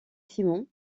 simon